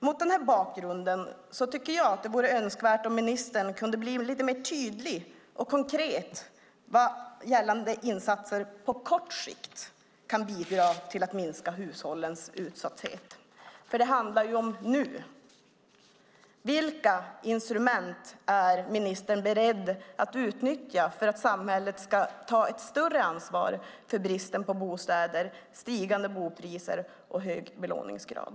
Mot den bakgrunden vore det önskvärt om ministern kunde bli lite mer tydlig och konkret gällande insatser på kort sikt som kan bidra till att minska hushållens utsatthet. Det handlar om nu. Vilka instrument är ministern beredd att utnyttja för att samhället ska ta ett större ansvar för bristen på bostäder, stigande bopriser och hög belåningsgrad?